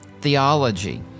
theology